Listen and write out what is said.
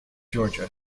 georgia